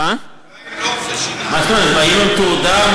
איך תוודאו